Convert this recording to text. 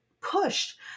pushed